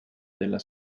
della